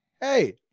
hey